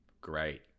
great